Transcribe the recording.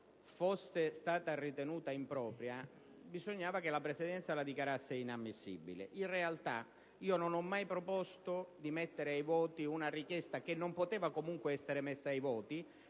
fosse stata ritenuta impropria, la Presidenza l'avrebbe dovuta dichiarare inammissibile. In realtà, non ho mai proposto di mettere ai voti una richiesta che non poteva comunque essere messa ai voti